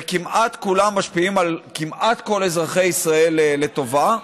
וכמעט כולם משפיעים על כמעט כל אזרחי ישראל לטובה.